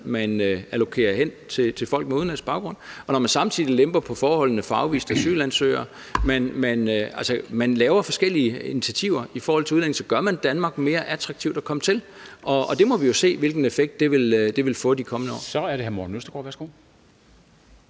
man allokerer hen til folk med udenlandsk baggrund. Og når man samtidig lemper på forholdene for afviste asylansøgere – altså, man laver forskellige initiativer i forhold til udlændinge – gør man Danmark mere attraktivt at komme til, og vi må jo se, hvilken effekt det vil få de kommende år. Kl. 14:03 Formanden (Henrik Dam